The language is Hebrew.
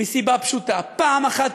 מסיבה פשוטה: פעם אחת,